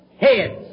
heads